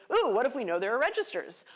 oh, what if we know there are registers?